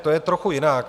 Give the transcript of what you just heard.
To je trochu jinak.